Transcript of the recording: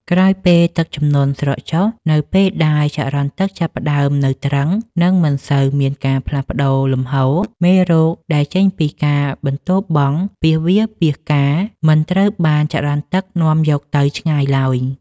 ក្រោយពេលទឹកជំនន់ស្រកចុះ នៅពេលដែលចរន្តទឹកចាប់ផ្តើមនៅទ្រឹង និងមិនសូវមានការផ្លាស់ប្តូរលំហូរ មេរោគដែលចេញពីការបន្ទោបង់ពាសវាលពាសកាលមិនត្រូវបានចរន្តទឹកនាំយកទៅឆ្ងាយឡើយ។